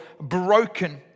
broken